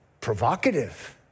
Provocative